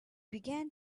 began